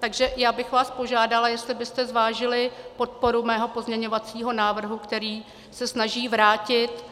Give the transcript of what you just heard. Takže já bych vás požádala, jestli byste zvážili podporu mého pozměňovacího návrhu, který se snaží vrátit